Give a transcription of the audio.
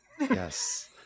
Yes